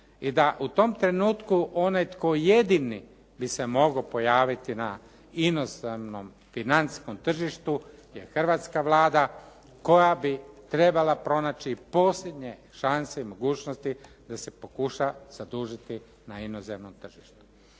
i da u tom trenutku onaj tko jedini bi se mogao pojaviti na inostranom financijskom tržištu je hrvatska Vlada koja bi trebala pronaći posljednje šanse i mogućnosti da se pokuša zadužiti na inozemno tržište.